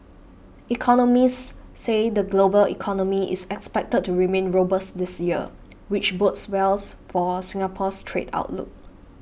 economists say the global economy is expected to remain robust this year which bodes wells for Singapore's trade outlook